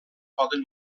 poden